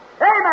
Amen